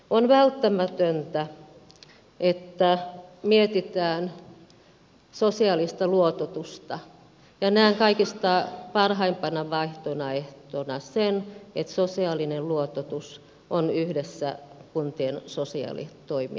on välttämätöntä että mietitään sosiaalista luototusta ja näen kaikista parhaimpana vaihtoehtona sen että sosiaalinen luototus on yhdessä kuntien sosiaalitoimien kanssa